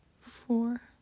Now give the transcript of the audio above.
four